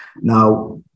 Now